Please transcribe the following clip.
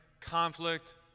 conflict